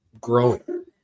Growing